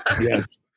Yes